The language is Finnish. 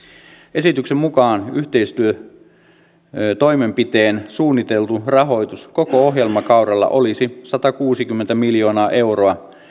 esityksen mukaan yhteistyötoimenpiteen suunniteltu rahoitus koko ohjelmakaudella olisi satakuusikymmentä miljoonaa euroa